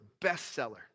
bestseller